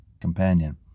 companion